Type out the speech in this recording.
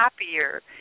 happier